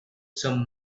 some